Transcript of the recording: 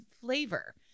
flavor